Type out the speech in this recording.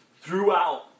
throughout